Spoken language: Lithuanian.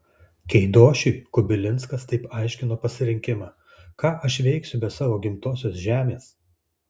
keidošiui kubilinskas taip aiškino pasirinkimą ką aš veiksiu be savo gimtosios žemės